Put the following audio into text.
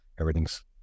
everything's